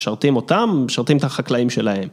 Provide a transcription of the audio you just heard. משרתים אותם, משרתים את החקלאים שלהם.